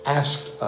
asked